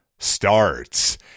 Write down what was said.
starts